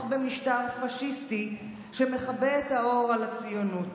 במשטר פשיסטי שמכבה את האור על הציונות.